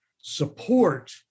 support